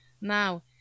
Now